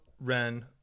Ren